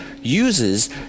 uses